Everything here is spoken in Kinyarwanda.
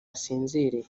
asinziriye